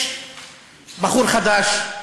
יש בחור חדש,